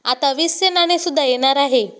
आता वीसचे नाणे सुद्धा येणार आहे